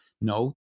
no